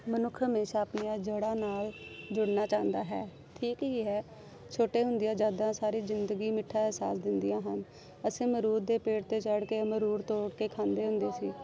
ਮਨੁੱਖ ਹਮੇਸ਼ਾ ਆਪਣੀਆਂ ਜੜਾਂ ਨਾਲ ਜੁੜਨਾ ਚਾਹੁੰਦਾ ਹੈ ਠੀਕ ਹੀ ਹੈ ਛੋਟੇ ਹੁੰਦਿਆਂ ਯਾਦਾਂ ਸਾਰੀ ਜ਼ਿੰਦਗੀ ਮਿੱਠਾ ਅਹਿਸਾਸ ਦਿੰਦੀਆਂ ਹਨ ਅਸੀਂ ਅਮਰੂਦ ਦੇ ਪੇੜ 'ਤੇ ਚੜ ਕੇ ਅਮਰੂਦ ਤੋੜ ਕੇ ਖਾਂਦੇ ਹੁੰਦੇ ਸੀ